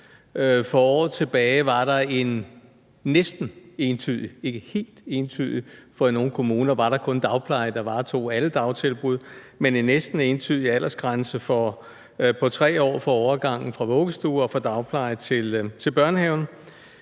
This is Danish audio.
For år tilbage var der en næsten entydig, men ikke helt entydig, for i nogle kommuner var der kun dagpleje, der varetog alle dagtilbud, aldersgrænse på 3 år for overgangen fra vuggestue og dagpleje til børnehave,